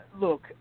look